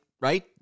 right